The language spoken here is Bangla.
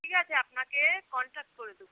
ঠিক আছে আপনাকে কনট্যাক করে দোবো